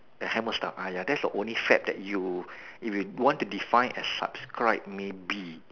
the hammer stuff !aiya! that's the only fad that you if you want to define as subscribe maybe